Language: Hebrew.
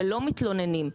שלא מתלוננים.